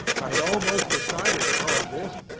i had almost decided upon this,